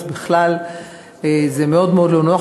אז בכלל זה מאוד מאוד לא נוח.